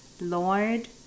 Lord